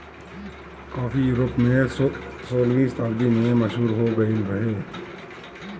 काफी यूरोप में सोलहवीं शताब्दी में मशहूर हो गईल रहे